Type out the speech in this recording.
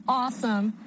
awesome